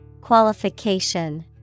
Qualification